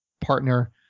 partner